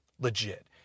legit